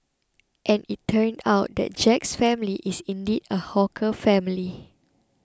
and it turned out that Jack's family is indeed a hawker family